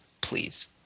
Please